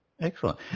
Excellent